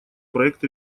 проект